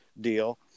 deal